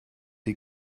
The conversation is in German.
die